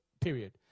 period